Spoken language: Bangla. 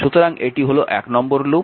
সুতরাং এটি হল 1 নম্বর লুপ